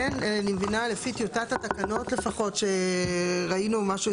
כן אני מבינה לפי טיוטת התקנות לפחות שראינו משהו,